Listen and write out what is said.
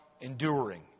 enduring